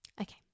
Okay